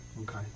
Okay